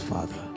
Father